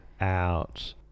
out